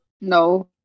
No